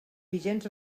vigents